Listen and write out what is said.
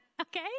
okay